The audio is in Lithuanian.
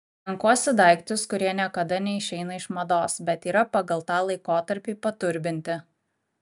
renkuosi daiktus kurie niekada neišeina iš mados bet yra pagal tą laikotarpį paturbinti